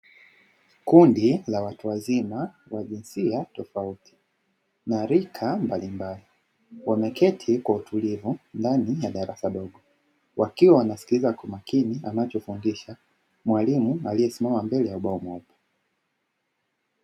Kundi la watu wazima wa jinsia tofauti na rika mbalimbali wameketi kwa utulivu ndani ya darasa dogo, wakiwa wanasikiliza kwa makini anachofundisha mwalimu aliyesimama mbele ya ubao moja.